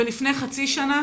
ולפני חצי שנה,